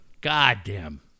Goddamn